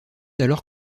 alors